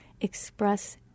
express